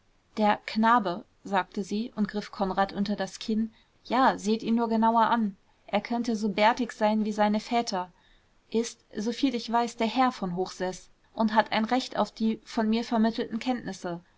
der knabe sagte sie und griff konrad unter das kinn ja seht ihn nur genauer an er könnte so bärtig sein wie seine väter ist so viel ich weiß der herr von hochseß und hat ein recht auf die von mir vermittelten kenntnisse